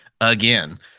again